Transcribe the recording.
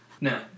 now